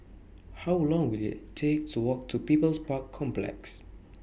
How Long Will IT Take to Walk to People's Park Complex